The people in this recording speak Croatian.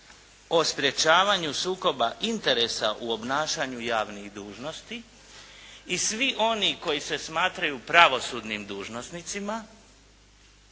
o sprječavanju sukoba interesa u obnašanju javnih dužnosti i svi oni koji se smatraju pravosudnim dužnosnicima